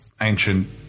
ancient